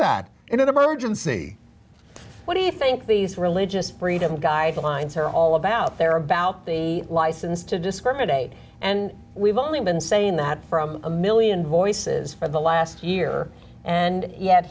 that in an emergency what do you think these religious freedom guidelines are all about their about the license to discriminate and we've only been saying that from a one million voices for the last year and yet